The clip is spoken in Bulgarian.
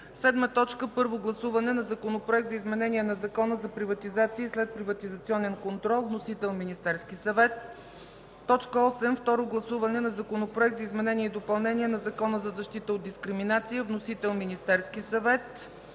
съвет. 7. Първо гласуване на Законопроект за изменение на Закона за приватизация и следприватизационен контрол. Вносител – Министерският съвет. 8. Второ гласуване на Законопроект за изменение и допълнение на Закона за защита от дискриминация. Вносител – Министерският съвет.